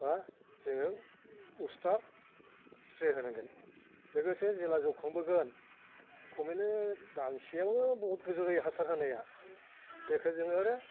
बा जोङो उस्ताद स्प्रे होनांगोन लोगोसे जेला जौखांबोगोन खमैनो दानसेआवनो बुहुथ गोजौ जायो हासार होनाया बेखौ जोङो